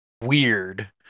weird